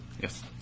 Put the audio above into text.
Yes